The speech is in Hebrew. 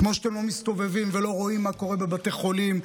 כמו שאתם לא מסתובבים ולא רואים מה קורה בבתי חולים,